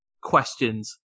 questions